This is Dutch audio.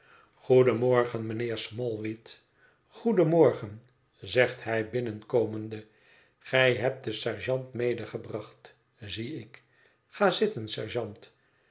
mijnheer smallweed goedenmorgen zegt hij binnenkomende gij hebt den sergeant medegebracht zie ik ga zitten sergeant